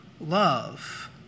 love